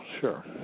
sure